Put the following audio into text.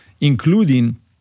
including